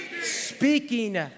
Speaking